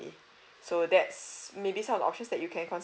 so that's maybe some options that you can